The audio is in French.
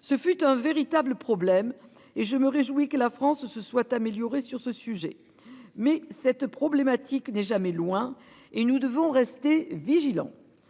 Ce fut un véritable problème et je me réjouis que la France se soit améliorée sur ce sujet. Mais cette problématique n'est jamais loin. Et nous devons rester vigilants.